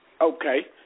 Okay